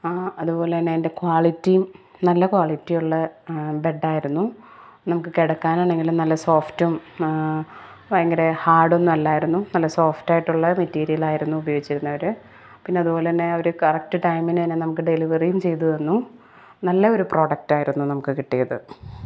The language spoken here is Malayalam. അതുപോലെ തന്നെ അതിന്റെ ക്വാളിറ്റിയും നല്ല ക്വാളിറ്റിയുള്ള ബെഡ് ആയിരുന്നു നമുക്ക് കിടക്കാനാണെങ്കിലും നല്ല സോഫ്റ്റും ഭയങ്കര ഹാഡ് ഒന്നുമല്ലായിരുന്നു നല്ല സോഫ്റ്റായിട്ടുള്ള മെറ്റീരിയൽ ആയിരുന്നു ഉപയോഗിച്ചിരുന്നത് അവർ പിന്നെ അതുപോലെ തന്നെ അവർ കറക്റ്റ് ടൈമിന് തന്നെ നമുക്ക് ഡെലിവറിയും ചെയ്തു തന്നു നല്ല ഒരു പ്രൊഡക്റ്റ് ആയിരുന്നു നമുക്ക് കിട്ടിയത്